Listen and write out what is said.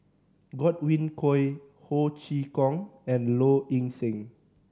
Godwin Koay Ho Chee Kong and Low Ing Sing